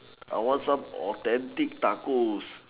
I want some authentic tacos